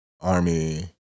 Army